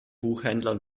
buchhändler